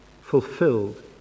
fulfilled